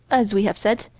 as we have said,